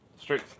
Straight